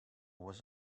was